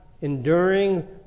enduring